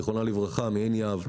זיכרונה לברכה, מעין יהב.